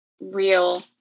real